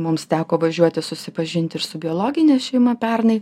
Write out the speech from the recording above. mums teko važiuoti susipažint ir su biologine šeima pernai